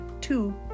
two